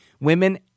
women